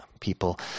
People